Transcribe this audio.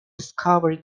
discovery